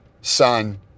son